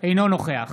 אינו נוכח